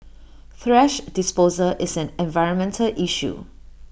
thrash disposal is an environmental issue